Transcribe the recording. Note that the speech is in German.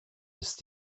ist